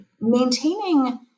maintaining